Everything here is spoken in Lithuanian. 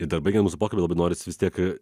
ir dar baigiant mūsų pokalbį labai norisi vis tiek